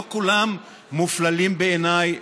לא כולם מופללים בעיניי,